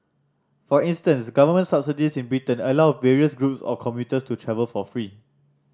for instance government subsidies in Britain allow various groups of commuters to travel for free